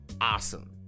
awesome